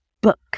book